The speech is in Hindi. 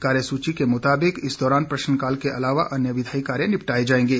कार्यसूची के मुताबिक इस दौरान प्रश्नकाल के अलावा अन्य विधायी कार्य निपटाए जाएंगे